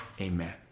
Amen